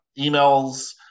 emails